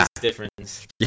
difference